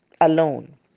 alone